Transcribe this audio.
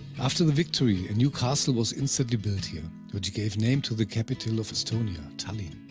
after the victory, a new castle was instantly built here, which gave name to the capitol of estonia, tallinn.